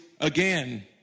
again